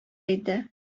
иде